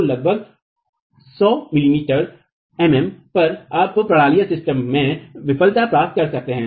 तो लगभग 100 मिमी पर आप प्रणालीसिस्टम में विफलता प्राप्त कर सकते हैं